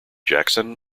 jackson